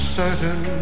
certain